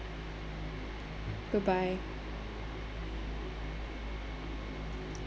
goodbye